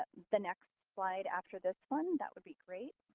but the next slide after this one, that would be great.